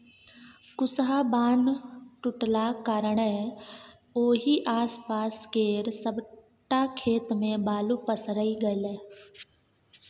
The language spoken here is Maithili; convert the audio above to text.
कुसहा बान्ह टुटलाक कारणेँ ओहि आसपास केर सबटा खेत मे बालु पसरि गेलै